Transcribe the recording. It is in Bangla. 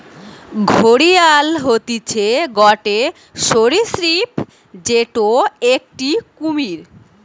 ঘড়িয়াল হতিছে গটে সরীসৃপ যেটো একটি কুমির